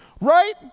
Right